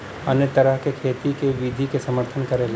अन्य तरह क खेती क विधि के समर्थन करला